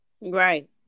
Right